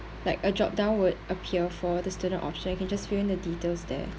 like a dropdown would appear for the student option you can just fill in the details there